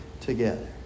together